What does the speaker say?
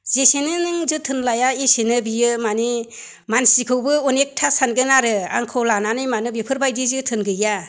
जेसेनो नों जोथोन लाया एसेनो बियो माने मानसिखौबो अनेकथा सानगोन आरो आंखौ लानानै मानो बेफोरबायदि जोथोन गैया